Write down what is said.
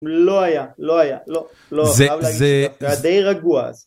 לא היה, לא היה, לא. זה, זה... זה היה די רגוע.